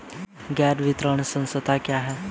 गैर वित्तीय संस्था क्या है?